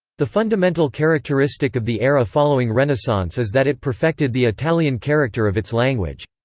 the fundamental characteristic of the era following renaissance is that it perfected the italian character of its language.